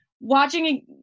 Watching